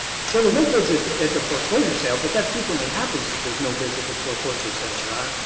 so but no bids at the at the foreclosure sale, but that frequently happens that there's no bids at the foreclosure sale, your honor.